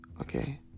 Okay